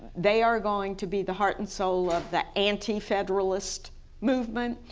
they are going to be the heart and soul of the anti-federalist movement.